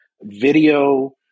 video